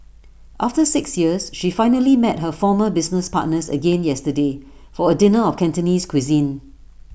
after six years she finally met her former business partners again yesterday for A dinner of Cantonese cuisine